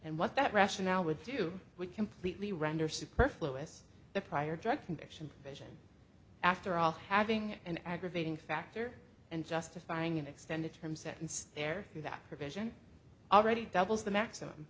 and what that rationale would do would completely render superfluid the prior drug conviction vision after all having an aggravating factor and justifying an extended term sentence there through that provision already doubles the maximum